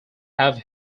have